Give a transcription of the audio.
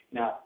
now